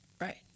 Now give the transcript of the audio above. Right